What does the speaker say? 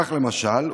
כך למשל,